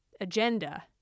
agenda